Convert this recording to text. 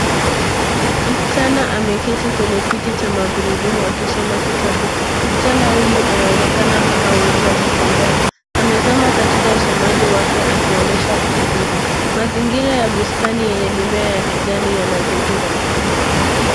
Msichana ameketi kwenye kiti cha magurudumu akisoma kitabu. Msichana huyu anaonekana hana uwezo wa kutembea. Amezama katika usomaji wake akionyesha utulivu. Mazingira ya bustani yenye mimea ya kijani yanazingira.